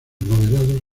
moderados